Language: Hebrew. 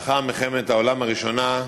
לאחר מלחמת העולם הראשונה,